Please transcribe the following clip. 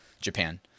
Japan